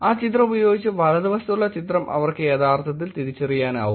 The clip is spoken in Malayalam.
ആ ചിത്രം ഉപയോഗിച്ച് വലതുവശത്തുള്ള ചിത്രം അവർക്ക് യഥാർത്ഥത്തിൽ തിരിച്ചറിയാനാവും